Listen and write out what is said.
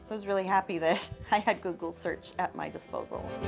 was really happy that i had google search at my disposal.